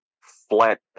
flat